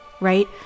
right